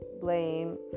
blame